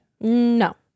No